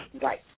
Right